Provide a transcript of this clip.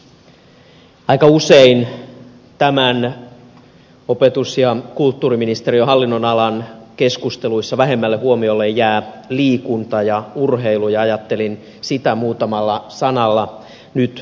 aika usein tämän opetus ja kulttuuriministeriön hallinnonalan keskusteluissa vähemmälle huomiolle jää liikunta ja urheilu ja ajattelin sitä muutamalla sanalla nyt käsitellä